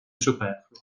superfluo